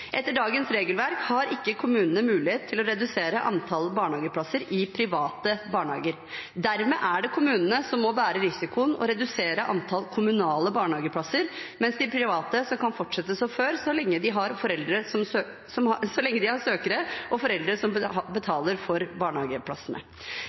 Etter dagens regelverk har ikke kommunene mulighet til å redusere antall barnehageplasser i private barnehager. Dermed er det kommunene som må bære risikoen og redusere antall kommunale barnehageplasser, mens de private kan fortsette som før så lenge de har søkere og foreldre som betaler for barnehageplassene. Med et større innslag av private barnehager når barnehagepolitikken som